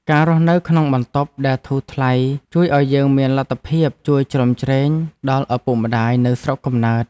ការរស់នៅក្នុងបន្ទប់ដែលធូរថ្លៃជួយឱ្យយើងមានលទ្ធភាពជួយជ្រោមជ្រែងដល់ឪពុកម្ដាយនៅស្រុកកំណើត។